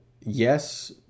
yes